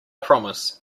promise